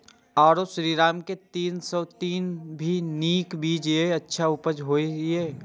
आरो श्रीराम के तीन सौ तीन भी नीक बीज ये अच्छा उपज होय इय?